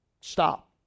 Stop